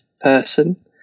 person